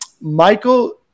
Michael